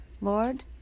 Lord